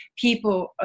people